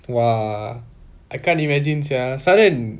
!wah! I can't imagine sia